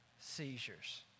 seizures